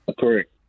Correct